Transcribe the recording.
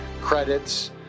credits